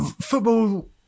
football